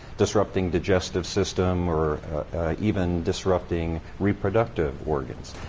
disrupting digestive system, or even disrupting reproductive organs.